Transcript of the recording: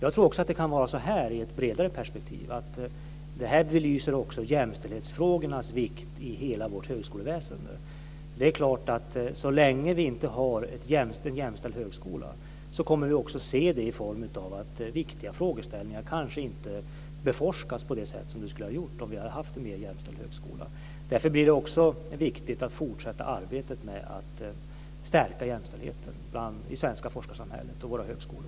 I ett bredare perspektiv tror jag också att detta belyser jämställdhetsfrågornas vikt i hela vårt högskoleväsende. Så länge vi inte har en jämställd högskola kommer vi också att se det i form av att viktiga frågeställningar kanske inte beforskas på det sätt som de skulle ha gjort om vi hade haft en mer jämställd högskola. Därför blir det också viktigt att fortsätta arbetet med att stärka jämställdheten i det svenska forskarsamhället och på våra högskolor.